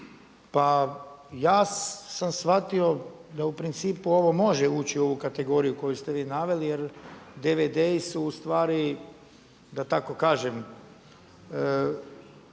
Pa ja sam shvatio da u principu ovo može ući u ovu kategoriju koju ste vi naveli jer DVD-i su da tako kažem